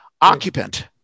Occupant